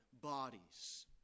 bodies